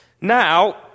Now